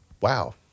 Wow